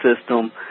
system